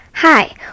Hi